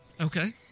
Okay